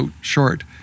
short